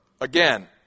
Again